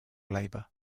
labour